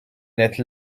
n’êtes